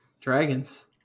Dragons